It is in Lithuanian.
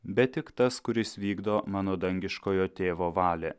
bet tik tas kuris vykdo mano dangiškojo tėvo valią